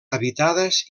habitades